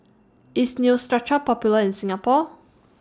IS Neostrata Popular in Singapore